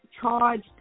charged